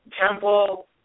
Temple